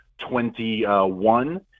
2021